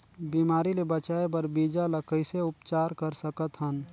बिमारी ले बचाय बर बीजा ल कइसे उपचार कर सकत हन?